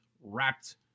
wrapped